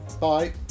Bye